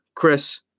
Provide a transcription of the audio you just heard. Chris